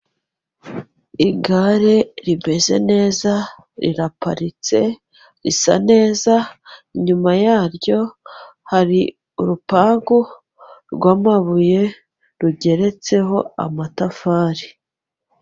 Igare rimeze neza, riraparitse, risa neza, inyuma yaryo hari urupangu rwamabuye, rugeretseho amatafari.